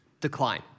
decline